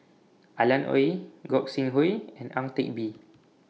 Alan Oei Gog Sing Hooi and Ang Teck Bee